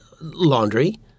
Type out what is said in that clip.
laundry